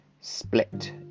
split